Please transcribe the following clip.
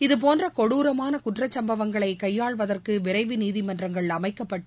இதுபோன்ற கொடுரமான குற்றச்சம்பவங்களை கையாள்வதற்கு விரைவு நீதிமன்றங்கள் அமைக்கப்பட்டு